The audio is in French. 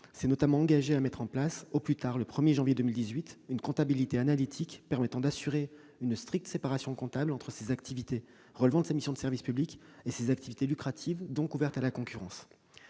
s'est notamment engagé à mettre en place, au plus tard le 1 janvier 2018, une comptabilité analytique permettant d'assurer une stricte séparation comptable entre, d'une part, ses activités relevant de sa mission de service public et, de l'autre, ses activités lucratives, donc ouvertes à la concurrence.